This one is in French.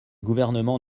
gouvernement